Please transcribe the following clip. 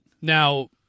now